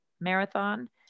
marathon